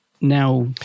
now